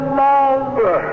love